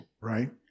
right